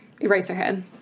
Eraserhead